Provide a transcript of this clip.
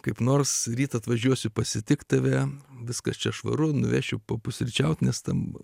kaip nors ryt atvažiuosiu pasitikti tave viskas čia švaru nuvešiu papusryčiauti nestambų